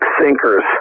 sinkers